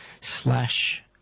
slash